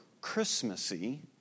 Christmassy